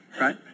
right